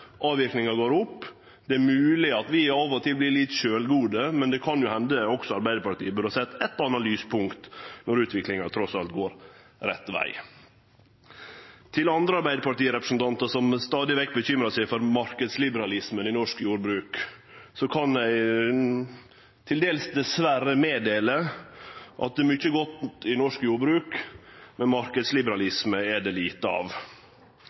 Avverkinga går opp. Det er mogleg at vi av og til vert litt sjølvgode, men det kan også hende at Arbeidarpartiet burde sett eit og anna lyspunkt når utviklinga trass alt går rett veg. Til andre Arbeidarparti-representantar som stadig vekk bekymrar seg for marknadsliberalismen i norsk jordbruk, kan eg til dels dessverre gje til kjenne at det er mykje godt i norsk jordbruk, men marknadsliberalisme er det lite av.